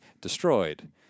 destroyed